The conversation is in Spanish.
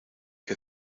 que